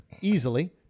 Easily